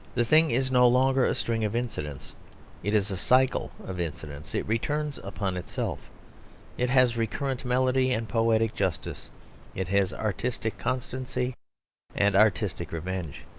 the thing is no longer a string of incidents it is a cycle of incidents. it returns upon itself it has recurrent melody and poetic justice it has artistic constancy and artistic revenge.